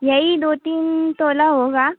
यही दो तीन तोला होगा